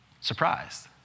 surprised